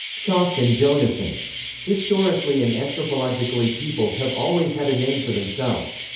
chalk and jonassohn historically and anthropologically peoples have always had a name for themselves.